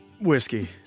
whiskey